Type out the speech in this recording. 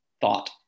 thought